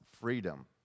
freedom